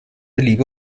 liebe